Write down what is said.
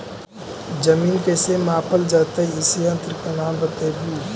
जमीन कैसे मापल जयतय इस यन्त्र के नाम बतयबु?